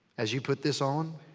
as you put this on,